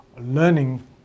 learning